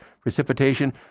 precipitation